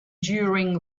during